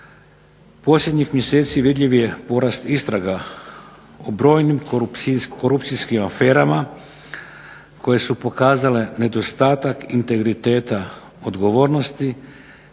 Posljednjih mjeseci vidljiv je porast istraga u brojnim korupcijskih aferama koje su pokazale nedostatak integriteta odgovornosti